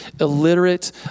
illiterate